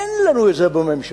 אין לנו את זה בממשלה.